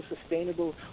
sustainable